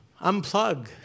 Unplug